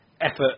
effort